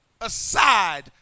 aside